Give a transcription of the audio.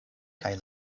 kaj